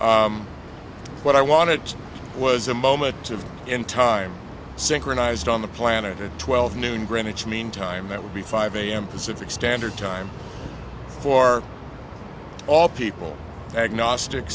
faiths what i wanted was a moment of in time synchronized on the planet at twelve noon greenwich mean time that would be five am pacific standard time for all people agnostic